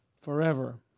forever